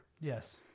Yes